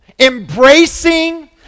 Embracing